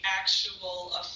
actual